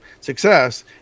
success